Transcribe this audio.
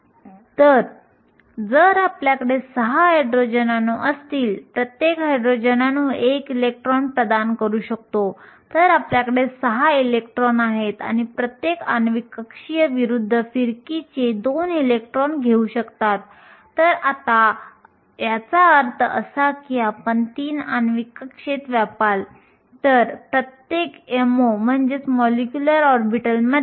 म्हणून जर आपल्याकडे SiO2 मध्ये बँड अंतर असेल तर अंदाजे 10 इलेक्ट्रॉन व्होल्ट्स असतात याचा अर्थ व्हॅलेन्स बँडपासून वाहक बँडपर्यंत इलेक्ट्रॉन उत्तेजित करण्यासाठी आवश्यक तरंगलांबी अंदाजे 106 नॅनोमीटर असते